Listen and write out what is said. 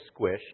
squished